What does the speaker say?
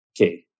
okay